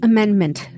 Amendment